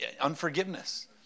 unforgiveness